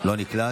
לא נקלט,